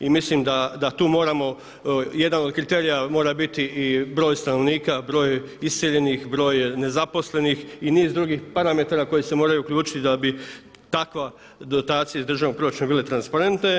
I mislim da tu moramo, jedan od kriterija mora biti i broj stanovnika, broj iseljenih, broj nezaposlenih i niz drugih parametara koji se moraju uključiti da bi takve dotacije iz državnog proračuna bile transparentne.